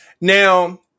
Now